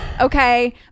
okay